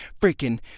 Freaking